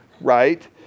right